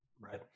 Right